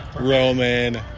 Roman